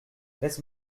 laisse